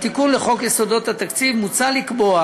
בתיקון לחוק יסודות התקציב מוצע לקבוע